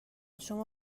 شما